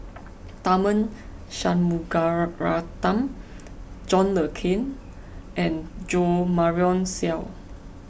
Tharman Shanmugaratnam John Le Cain and Jo Marion Seow